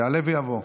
יעלה ויבוא.